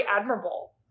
admirable